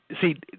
see